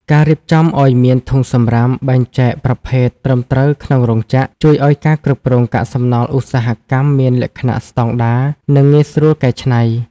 ការរៀបចំឱ្យមានធុងសម្រាមបែងចែកប្រភេទត្រឹមត្រូវក្នុងរោងចក្រ ជួយឱ្យការគ្រប់គ្រងកាកសំណល់ឧស្សាហកម្មមានលក្ខណៈស្ដង់ដារ និងងាយស្រួលកែច្នៃ។